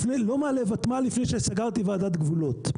לא מעלה ותמ"ל לפני שסגרתי ועדת גבולות.